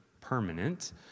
permanent